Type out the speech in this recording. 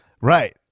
Right